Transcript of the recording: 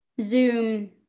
Zoom